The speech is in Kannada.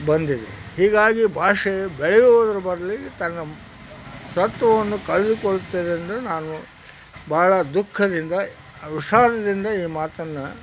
ಬಂದಿದೆ ಹೀಗಾಗಿ ಭಾಷೆಯು ಬೆಳೆಯೋದ್ರ್ ಬದ್ಲಿಗೆ ತನ್ನ ಸತ್ವವನ್ನು ಕಳೆದುಕೊಳ್ಳುತ್ತದೆ ಎಂದು ನಾನು ಭಾಳ ದುಃಖದಿಂದ ವಿಷಾದದಿಂದ ಈ ಮಾತನ್ನು